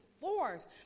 force